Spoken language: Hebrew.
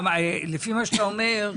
לפי מה שאתה אומר,